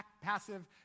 passive